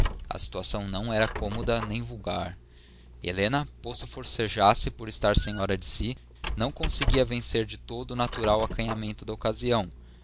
a situação não era cômoda nem vulgar helena posto forcejasse por estar senhora de si não conseguia vencer de todo o natural acanhamento da ocasião